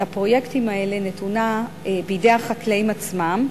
לפרויקטים האלה נתונה בידי החקלאים עצמם,